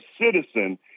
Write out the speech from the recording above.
citizen